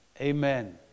Amen